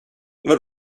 vad